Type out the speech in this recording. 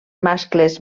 mascles